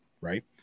right